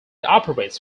operates